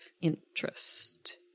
interest